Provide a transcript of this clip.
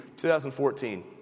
2014